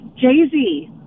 Jay-Z